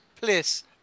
Please